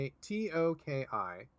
T-O-K-I